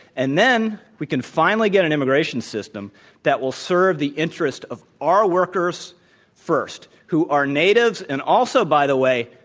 and then we can finely get an immigration system that will serve the interests of our workers first, who are natives and also, by the way,